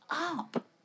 up